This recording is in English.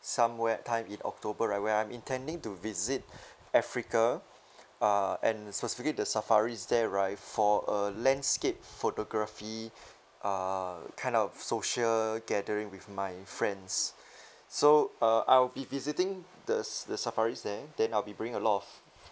somewhere time in october right where I'm intending to visit africa uh and specifically the safaris there right for a landscape photography uh kind of social gathering with my friends so uh I'll be visiting the s~ the safaris there then I'll be bringing a lot of